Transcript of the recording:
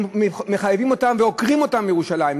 מחייבים אותם ועוקרים אותם מירושלים,